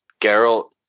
Geralt